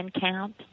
count